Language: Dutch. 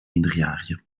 minderjarigen